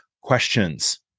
questions